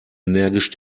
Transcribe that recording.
energisch